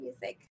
music